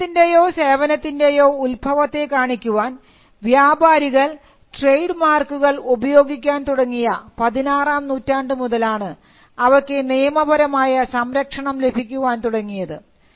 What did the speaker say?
ഉൽപ്പന്നത്തിൻറെയോ സേവനത്തിൻറെയോ ഉത്ഭവത്തെ കാണിക്കുവാൻ വ്യാപാരികൾ ട്രേഡ് മാർക്കുകൾ ഉപയോഗിക്കാൻ തുടങ്ങിയ പതിനാറാം നൂറ്റാണ്ടു മുതലാണ് അവയ്ക്ക് നിയമപരമായ സംരക്ഷണം ലഭിക്കാൻ തുടങ്ങിയത്